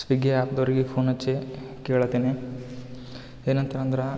ಸ್ವಿಗ್ಗಿ ಆ್ಯಪ್ದವರಿಗೆ ಫೋನ್ ಹಚ್ಚಿ ಕೇಳತೀನಿ ಏನಂತ ಅಂದ್ರೆ